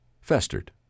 festered